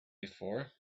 before